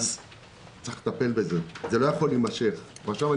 צריך לטפל בזה, זה לא יכול להימשך כך.